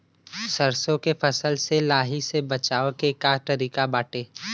सरसो के फसल से लाही से बचाव के का तरीका बाटे?